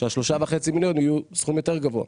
שה-3.5 מיליון יהיו סכום יותר גבוה?